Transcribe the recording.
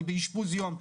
אני באשפוז יום,